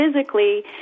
physically